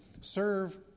Serve